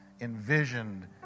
envisioned